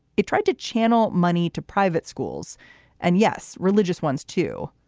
it tried to channel money to private schools and, yes, religious ones, too.